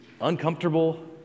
uncomfortable